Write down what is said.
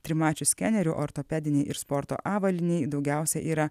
trimačių skenerių ortopedinei ir sporto avalynei daugiausiai yra